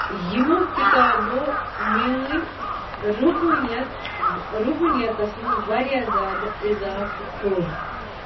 یِمو کِتابَو میٲنۍ رُحٲنِیَت رُحٲنیِتس منٛز واریاہ زیادٕ اِظافہٕ کوٚر